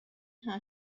how